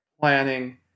planning